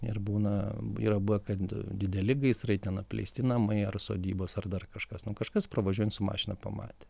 ir būna yra buvę kad dideli gaisrai ten apleisti namai ar sodybos ar dar kažkas kažkas pravažiuojant su mašina pamatė